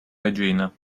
regina